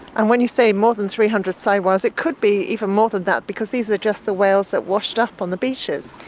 and when you say more than three hundred sei whales, it could be even more than that because these are just the whales that washed up on the beaches.